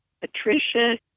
Patricia